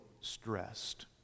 stressed